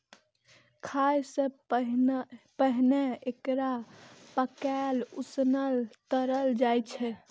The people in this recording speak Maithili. खाय सं पहिने एकरा पकाएल, उसनल, तरल जाइ छै